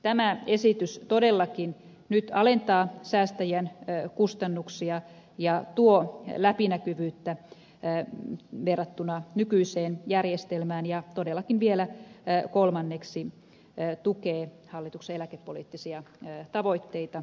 tämä esitys todellakin nyt alentaa säästäjien kustannuksia ja tuo läpinäkyvyyttä verrattuna nykyiseen järjestelmään ja todellakin vielä kolmanneksi tukee hallituksen eläkepoliittisia tavoitteita